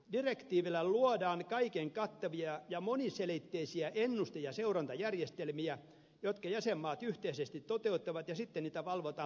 direktiivillä luodaan kaiken kattavia ja moniselitteisiä ennuste ja seurantajärjestelmiä jotka jäsenmaat yhteisesti toteuttavat ja sitten niitä valvotaan brysselistä käsin